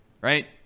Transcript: right